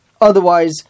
otherwise